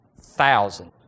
thousand